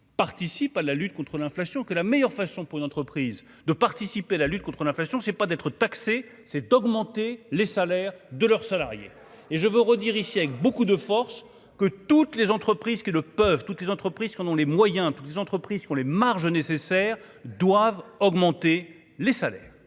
participent à la lutte contre l'inflation que la meilleure façon pour une entreprise de participer à la lutte contre l'inflation, c'est pas d'être taxé, c'est d'augmenter les salaires de leurs salariés et je veux redire ici avec beaucoup de force que toutes les entreprises qui le peuvent, toutes les entreprises qui en ont les moyens, toutes les entreprises qui ont les marges nécessaires doivent augmenter les salaires